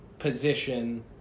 position